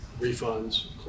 refunds